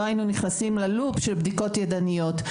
לא היינו נכנסים ללופ של בדיקות ידניות.